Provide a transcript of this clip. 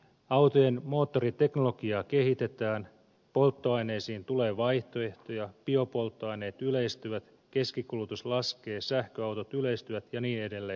autojen moottoriteknologiaa kehitetään polttoaineisiin tulee vaihtoehtoja biopolttoaineet yleistyvät keskikulutus laskee sähköautot yleistyvät ja niin edelleen